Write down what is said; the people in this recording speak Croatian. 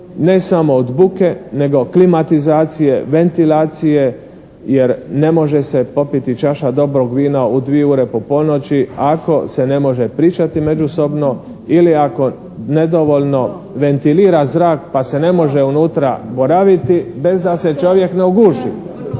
Ne samo od buke nego klimatizacije, ventilacije. Jer ne može se popiti čaša dobrog vina u 2 ure po ponoći ako se ne može pričati međusobno ili ako nedovoljno ventilira zrak pa se ne može unutra boraviti, bez da se čovjek ne uguši.